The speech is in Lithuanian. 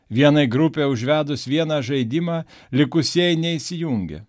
vienai grupei užvedus vieną žaidimą likusieji neįsijungia